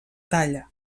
talla